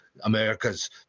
america's